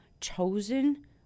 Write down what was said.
chosen